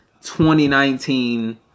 2019